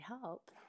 help